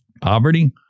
Poverty